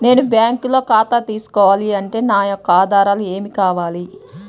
నేను బ్యాంకులో ఖాతా తీసుకోవాలి అంటే నా యొక్క ఆధారాలు ఏమి కావాలి?